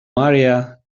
maria